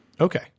Okay